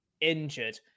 injured